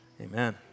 Amen